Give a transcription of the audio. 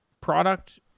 product